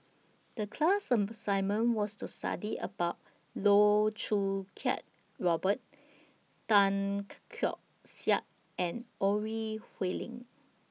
The class assignment was to study about Loh Choo Kiat Robert Tan Keong Saik and Ore Huiying